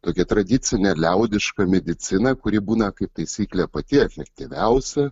tokia tradicinė liaudiška medicina kuri būna kaip taisyklė pati efektyviausia